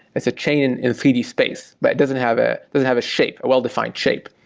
it's a chain in in three d space. but it doesn't have ah doesn't have a shape, a well-defined shape.